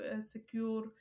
secure